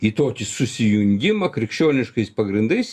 į tokį susijungimą krikščioniškais pagrindais